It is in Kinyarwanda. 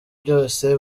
byose